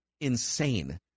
insane